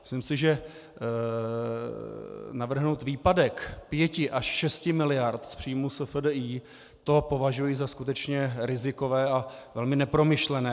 Myslím si, že navrhnout výpadek pěti až šesti miliard z příjmů SFDI, to považuji za skutečně rizikové a velmi nepromyšlené.